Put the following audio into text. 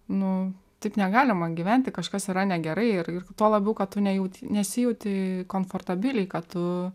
nu taip negalima gyventi kažkas yra negerai ir ir tuo labiau kad tu nejaut nesijauti komfortabiliai kad tu